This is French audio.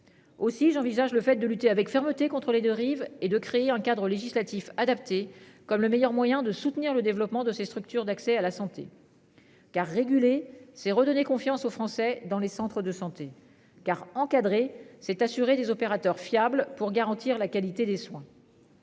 Aussi j'envisage le fait de lutter avec fermeté contre les deux rives et de créer un cadre législatif adapté comme le meilleur moyen de soutenir le développement de ces structures d'accès à la santé. Car réguler c'est redonner confiance aux Français dans les centres de santé car encadré c'est assurer des opérateurs fiable pour garantir la qualité des soins.